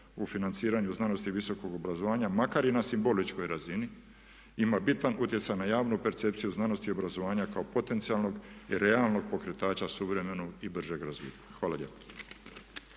u financiranju znanosti i visokog obrazovanja makar i na simboličkoj razini ima bitan utjecaj na javnu percepciju znanosti i obrazovanja kao potencijalnog i realnog pokretača suvremenog i bržeg razvitka. Hvala lijepa.